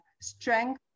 strength